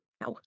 No